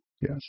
Yes